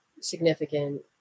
significant